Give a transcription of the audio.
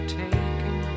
taken